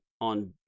on